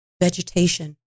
vegetation